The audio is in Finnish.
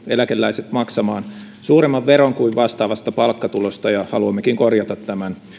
eläkeläiset maksamaan suuremman veron kuin vastaavasta palkkatulosta ja haluammekin korjata tämän